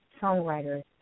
songwriters